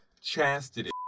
Chastity